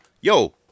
yo